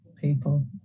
people